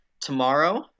tomorrow